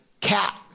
cat